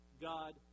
God